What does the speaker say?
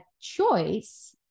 choice